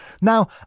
Now